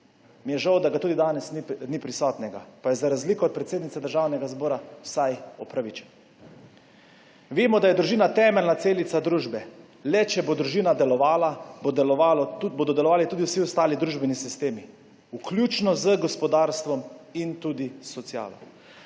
Mi je žal, da tudi danes ni prisoten, pa je za razliko od predsednice Državnega zbora vsaj opravičen. Vemo, da je družina temeljna celica družbe. Le če bo družina delovala, bodo delovali tudi vsi ostali družbeni sistemi, vključno z gospodarstvom in tudi socialo.